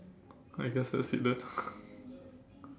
I guess that's it then